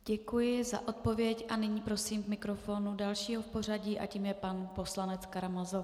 Děkuji za odpověď a nyní prosím k mikrofonu dalšího v pořadí a tím je pan poslanec Karamazov.